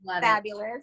Fabulous